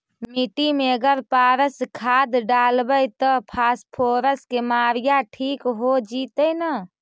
मिट्टी में अगर पारस खाद डालबै त फास्फोरस के माऋआ ठिक हो जितै न?